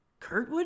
Kurtwood